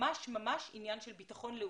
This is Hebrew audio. ממש עניין של ביטחון לאומי.